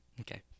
Okay